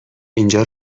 اینجا